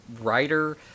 writer